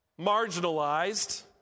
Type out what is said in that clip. marginalized